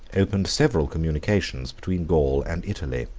opened several communications between gaul and italy.